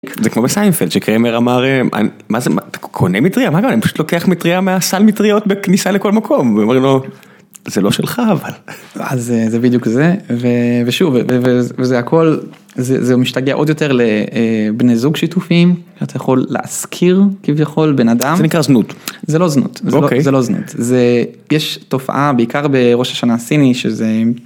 זה כמו בסיימפלד שקריימר אמר: "מה זה, אתה קונה מטריה? מה קרה, אני פשוט לוקח מטריה מהסל מטריות בכניסה לכל מקום". והוא אומר לו: "זה לא שלך אבל". אז זה בדיוק זה, ושוב, זה הכל... זה משתגע עוד יותר לבני זוג שיתופים, אתה יכול להשכיר כביכול בנאדם... זה נקרא זנות. זה לא זנות. זה לא זנות. זה, יש תופעה, בעיקר בראש השנה הסיני שזה...